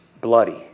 bloody